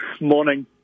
Morning